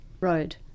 road